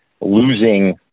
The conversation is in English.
losing